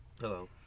Hello